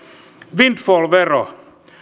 windfall vero